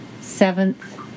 seventh